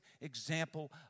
example